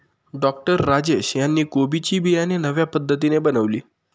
doctor Rajesh यांनी कोबी ची बियाणे नव्या पद्धतीने बनवली